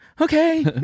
okay